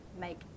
make